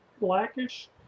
blackish